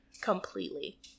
completely